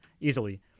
easily